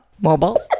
Mobile